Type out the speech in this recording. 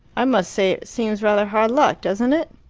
i must say it seems rather hard luck, doesn't it?